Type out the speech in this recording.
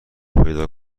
پیدا